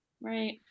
Right